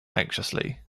anxiously